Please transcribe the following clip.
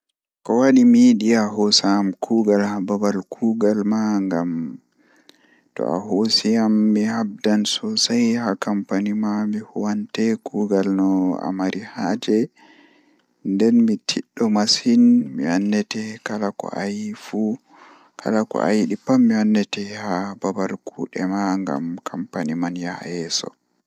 Ko waɗi mi yiɗi ahoosa am kuugal haa babal kuugal ma ngam to ahoosi an mi habdan sosai haa kampani ma, Mi wannete kuugal no amari haaje nden mi tiɗdo masin mi wannete kala ko ayiɗi fu kala ko ayiɗi pat mi wannete haa babal kuugal ma ngam kampani man yaha yeedo.